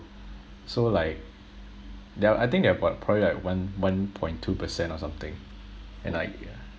so like they are I think they are what probably like one one point two percent or something and like